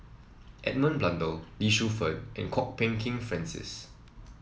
Edmund Blundell Lee Shu Fen and Kwok Peng Kin Francis